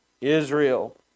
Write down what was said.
Israel